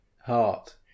heart